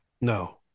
No